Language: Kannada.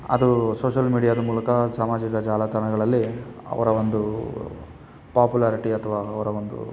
ಅದು ಸೋಷಲ್ ಮೀಡಿಯಾದ ಮೂಲಕ ಸಾಮಾಜಿಕ ಜಾಲತಾಣಗಳಲ್ಲಿ ಅವರ ಒಂದು ಪೋಪುಲಾರಿಟಿ ಅಥವಾ ಅವರ ಒಂದು